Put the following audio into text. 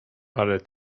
ale